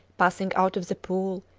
passing out of the pool,